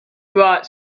brought